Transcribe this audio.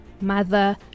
mother